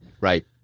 Right